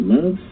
Love